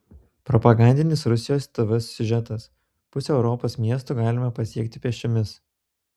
propagandinis rusijos tv siužetas pusę europos miestų galime pasiekti pėsčiomis